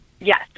Yes